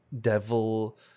devil